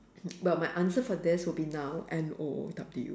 but my answer for this would be now N O W